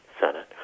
senate